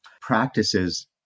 practices